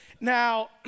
Now